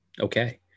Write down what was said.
Okay